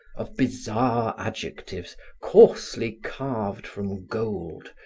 of bizarre adjectives, coarsely carved from gold,